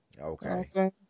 Okay